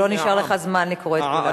רק שלא נשאר לך זמן לקרוא את כולם.